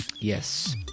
yes